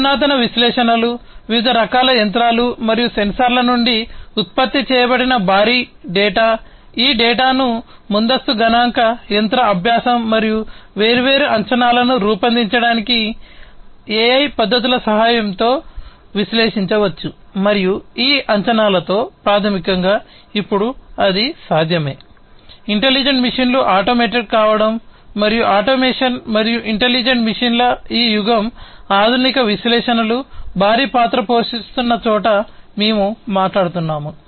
అధునాతన విశ్లేషణలు వివిధ రకాల యంత్రాలు మరియు సెన్సార్ల నుండి ఉత్పత్తి చేయబడిన భారీ డేటా ఈ డేటాను ముందస్తు గణాంక యంత్ర అభ్యాసం మరియు వేర్వేరు అంచనాలను రూపొందించడానికి AI పద్ధతుల సహాయంతో విశ్లేషించవచ్చు మరియు ఈ అంచనాలతో ప్రాథమికంగా ఇప్పుడు అది సాధ్యమే ఇంటెలిజెంట్ మెషీన్లు ఆటోమేటెడ్ కావడం మరియు ఆటోమేషన్ మరియు ఇంటెలిజెంట్ మెషీన్ల ఈ యుగం ఆధునిక విశ్లేషణలు భారీ పాత్ర పోషిస్తున్న చోట మేము మాట్లాడుతున్నాము